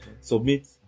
submit